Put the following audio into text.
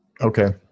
Okay